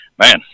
man